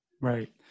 Right